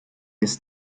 his